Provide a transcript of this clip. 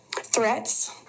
Threats